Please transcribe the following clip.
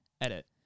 Edit